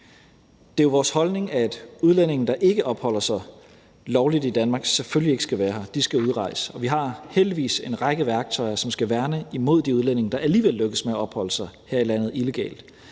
Det er vores holdning, at udlændinge, der ikke opholder sig lovligt i Danmark, selvfølgelig ikke skal være her. De skal udrejse. Og vi har heldigvis en række værktøjer, som skal værne imod de udlændinge, der alligevel lykkes med at opholde sig her i landet illegalt.